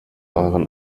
euren